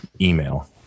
email